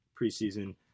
preseason